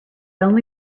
only